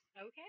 Okay